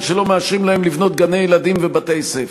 שלא מאשרים להם לבנות גני-ילדים ובתי-ספר,